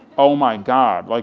oh my god, like